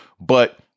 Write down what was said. but-